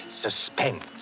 suspense